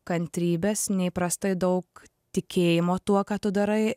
kantrybės neįprastai daug tikėjimo tuo ką tu darai